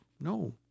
No